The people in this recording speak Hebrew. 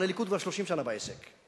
אבל הליכוד כבר 30 שנה בעסק.